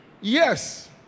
Yes